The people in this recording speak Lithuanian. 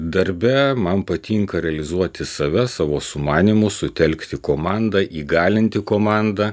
darbe man patinka realizuoti save savo sumanymus sutelkti komandą įgalinti komandą